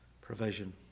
provision